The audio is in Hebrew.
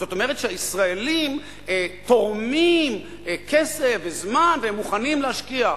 זאת אומרת שישראלים תורמים כסף וזמן ומוכנים להשקיע.